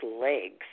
legs